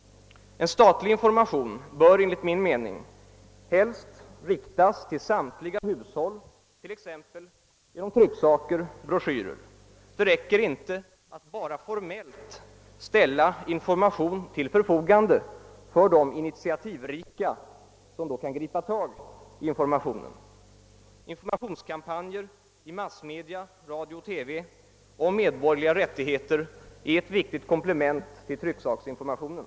En statlig information bör enligt min mening helst riktas till samtliga hushåll, t.ex. genom trycksaker och broschyrer. Det räcker inte att bara formellt ställa information till förfogande för de initiativrika som kan gripa tag i denna. Informationskampanjer i massmedia — radio och TV — om medborgerliga rättigheter är ett viktigt komplement till trycksaksinformationen.